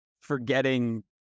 forgetting